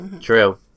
True